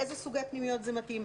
לאיזה סוגי פנימיות זה מתאים.